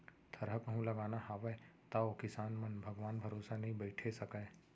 थरहा कहूं लगाना हावय तौ किसान मन भगवान भरोसा नइ बइठे सकयँ